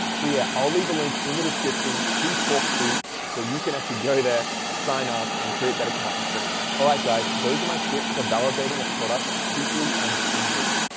so yeah, i'll leave a link in the description to tawk to so you can actually go there, sign up, and create that account for free. all right, guys. those are my tips for validating a product cheaply and easily.